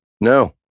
No